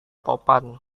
topan